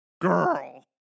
Girl